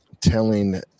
telling